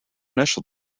initial